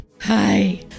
hi